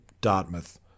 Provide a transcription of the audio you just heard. Dartmouth